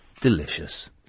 Delicious